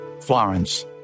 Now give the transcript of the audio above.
Florence